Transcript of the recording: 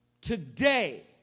Today